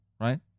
right